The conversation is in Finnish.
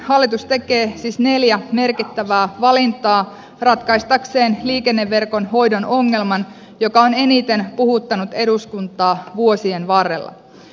hallitus tekee siis neljä merkittävää valintaa ratkaistakseen liikenneverkon hoidon ongelman joka on eniten puhuttanut eduskuntaa vuosien varrella